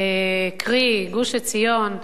קרי גוש-עציון,